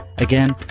Again